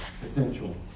potential